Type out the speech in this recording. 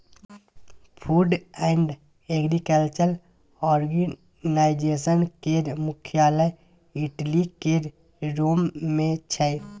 food and agriculture organization केर मुख्यालय Italy केर रोम मे छै